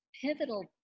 pivotal